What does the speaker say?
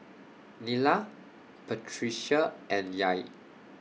Nyla Patricia and Yair